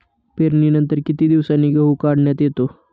पेरणीनंतर किती दिवसांनी गहू काढण्यात येतो?